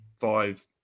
five